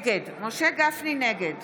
גפני, נגד